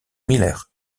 miller